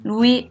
Lui